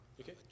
okay